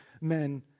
men